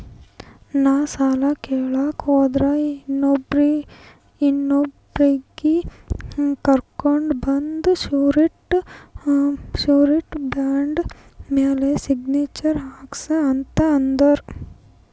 ನಾ ಸಾಲ ಕೇಳಲಾಕ್ ಹೋದಾಗ ಇನ್ನೊಬ್ರಿಗಿ ಕರ್ಕೊಂಡ್ ಬಂದು ಶೂರಿಟಿ ಬಾಂಡ್ ಮ್ಯಾಲ್ ಸಿಗ್ನೇಚರ್ ಹಾಕ್ಸೂ ಅಂತ್ ಅಂದುರ್